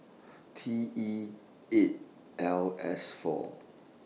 T E eight L S four